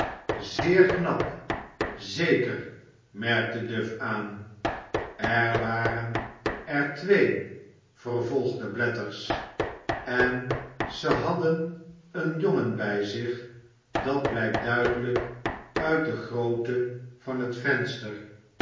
zeer knap zeker merkte duff aan er waren er twee vervolgde blathers en zij hadden een jongen bij zich dat blijkt duidelijk uit de grootte van het venster